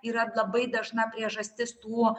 yra labai dažna priežastis tų